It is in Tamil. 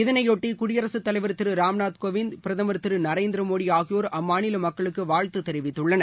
இதனையொட்டி குடியரசு தலைவர் திரு ராம்நாத் கோவிந்த் பிரதமர் திரு நரேந்திர மோடி ஆகியோர் அம்மாநில மக்களுக்கு வாழ்த்து தெரிவித்துள்ளனர்